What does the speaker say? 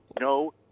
No